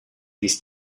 this